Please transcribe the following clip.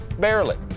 barely.